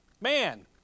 Man